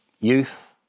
youth